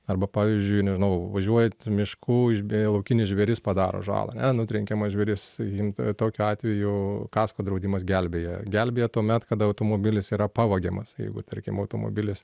arba pavyzdžiui nežinau važiuojat mišku išbė laukinis žvėris padaro žalą ane nutrenkiamas žvėris imt tokiu atveju kasko draudimas gelbėja gelbėja tuomet kada automobilis yra pavagiamas jeigu tarkim automobilis